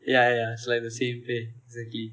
ya ya it's like the same pay exactly